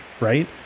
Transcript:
right